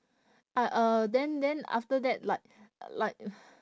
but uh then then after that like like